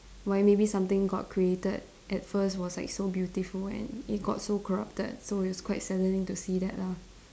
why maybe something god created at first was like so beautiful and it got so corrupted so it's quite saddening to see that lah